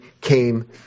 came